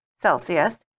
Celsius